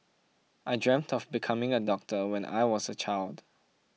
I dreamt of becoming a doctor when I was a child